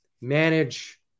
manage